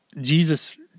Jesus